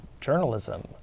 journalism